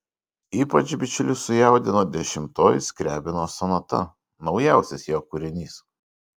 ypač bičiulius sujaudino dešimtoji skriabino sonata naujausias jo kūrinys